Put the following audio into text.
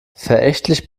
verächtlich